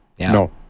No